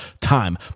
time